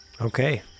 Okay